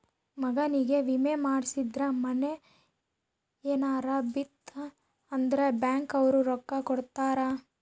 ಮನಿಗೇ ವಿಮೆ ಮಾಡ್ಸಿದ್ರ ಮನೇ ಯೆನರ ಬಿತ್ ಅಂದ್ರ ಬ್ಯಾಂಕ್ ಅವ್ರು ರೊಕ್ಕ ಕೋಡತರಾ